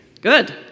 Good